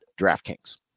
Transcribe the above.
DraftKings